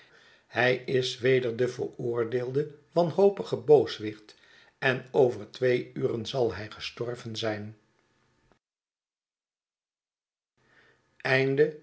hij is weder de veroordeelde wanhopige booswicht en over twee uren zal hij gestorven zijn